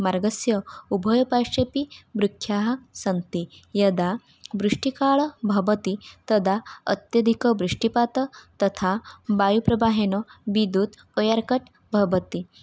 मार्गस्य उभयपार्श्वेऽपि वृक्षाः सन्ति यदा वृष्टिकालः भवति तदा अत्यधिकवृष्टिपातः तथा वायुप्रवाहेन विद्युत् वयर् कट् भवति